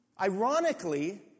Ironically